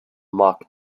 mock